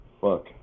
Fuck